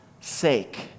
sake